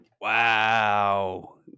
Wow